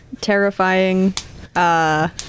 terrifying